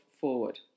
forward